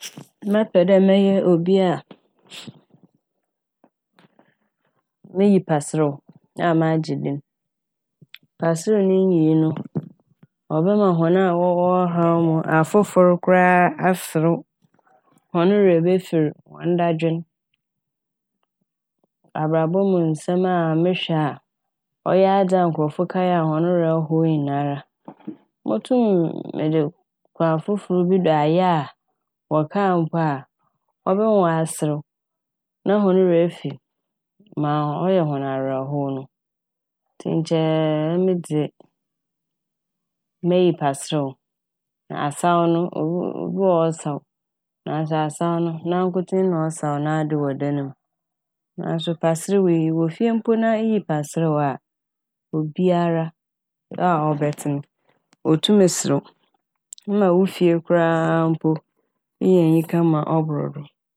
Mɛpɛ dɛ mɛyɛ obi a miyi paserew a magye din. Paserew ne nyii no ɔbɛma hɔn a wɔwɔ ɔhaw mu afofor koraa a aserew ma hɔn werɛ befir hɔn dadwen. Abrabɔ mu nsɛm a mehwɛ a ɔyɛ adze a nkorɔfo kae a hɔn werɛ how nyinara motum mede kwan fofor bi do ayɛ a wɔkaa a mpo ɔbɛma wɔaserew na hɔn werɛ efir ma ɔyɛ hɔn awerɛhow no ntsi nkyɛ emi dze meyi paserew. Asaw no obi- obi wɔ hɔ a ɔsaw naaso asaw no nankotsee na ɔsaw nade wɔ dan mu naaso paserew yi ewɔ fie mpo na iyi paserew a obiara a ɔbɛtse no otum serew mma wo fie koraa a mpo no eyɛ enyika ma ɔbordo.